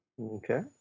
Okay